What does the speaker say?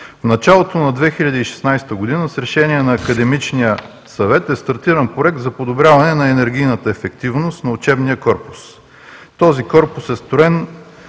В началото на 2016 г. с решение на Академичния съвет е стартиран проект за подобряване на енергийната ефективност на учебния корпус. Този корпус е строен